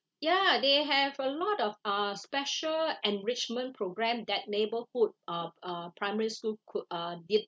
ya they have a lot of uh special enrichment programme that neighbourhood of uh primary school could uh did